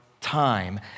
time